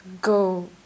go